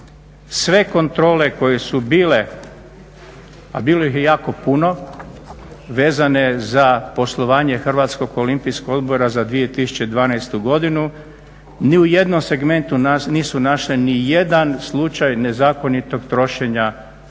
sve kontrole koje su bile, a bilo ih je jako puno, vezano za poslovanje HOO-a za 2012. godinu ni u jednom segmentu nisu našle nijedan slučaj nezakonitog trošenja